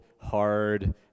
hard